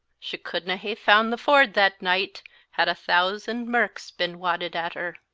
she couldna hae found the ford that night had a thousand merks been wadded at her.